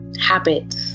habits